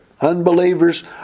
Unbelievers